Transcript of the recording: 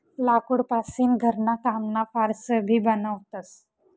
लाकूड पासीन घरणा कामना फार्स भी बनवतस